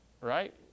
right